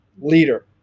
leader